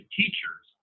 teachers